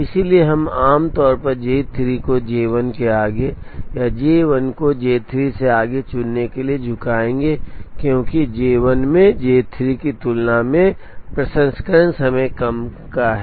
इसलिए हम आमतौर पर J 3 को J 1 के आगे या J 1 को J 3 से आगे चुनने के लिए झुकाएंगे क्योंकि J 1 में J 3 की तुलना में प्रसंस्करण समय कम है